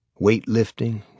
weightlifting